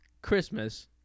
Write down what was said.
Christmas